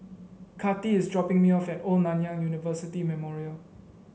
Kati is dropping me off at Old Nanyang University Memorial